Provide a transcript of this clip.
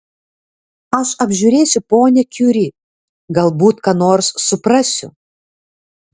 aš apžiūrėsiu ponią kiuri galbūt ką nors suprasiu